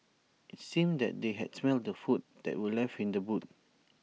IT seemed that they had smelt the food that were left in the boot